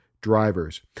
drivers